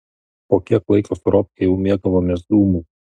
po kiek laiko su robke jau mėgavomės dūmu